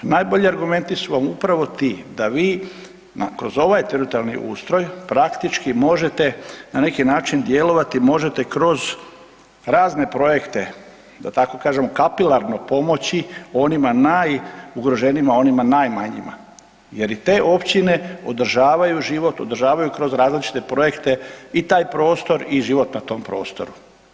Najbolji argumenti su vam upravo ti, da vi kroz ovaj teritorijalni ustroj, praktički možete na neki način djelovati možete kroz razne projekte, da tako kažimo kapilarno pomoći onima najugroženijima, onima najmanjima jer i te općine održavaju život, održavaju kroz različite projekte i taj prostor i život na tom prostoru.